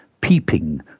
peeping